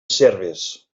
serves